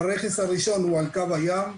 הרכס הראשון הוא על קו הים,